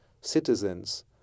citizens